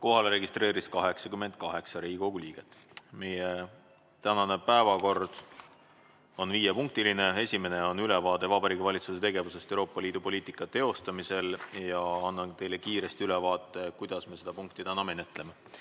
registreerus 88 Riigikogu liiget. Meie tänane päevakord on viiepunktiline. Esimene punkt on ülevaade Vabariigi Valitsuse tegevusest Euroopa Liidu poliitika teostamisel ja annan teile kiiresti ülevaate, kuidas me seda punkti menetleme.